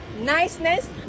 niceness